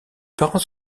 parents